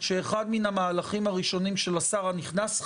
שאחד מהמהלכים הראשונים של השר הנכנס,